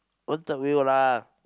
don't third wheel lah